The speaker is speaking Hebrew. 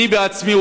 אני עצמי,